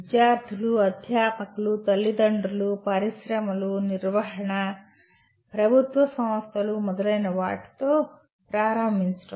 విద్యార్థులు అధ్యాపకులు తల్లిదండ్రులు పరిశ్రమలు నిర్వహణ ప్రభుత్వ సంస్థలు మొదలైన వాటితో ప్రారంభించడం